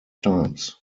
times